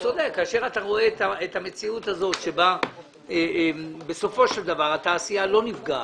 כאשר אתה רואה את המציאות הזאת בה בסופו של דבר התעשייה לא נפגעת,